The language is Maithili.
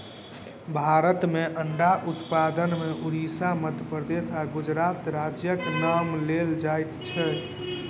भारत मे अंडा उत्पादन मे उड़िसा, मध्य प्रदेश आ गुजरात राज्यक नाम लेल जाइत छै